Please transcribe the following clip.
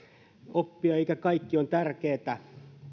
oppia ikä kaikki on tärkeätä